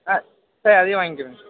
ஆ sir அதையே வாங்கிக்கிறேங்க sir